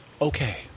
okay